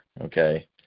okay